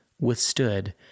withstood